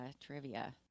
trivia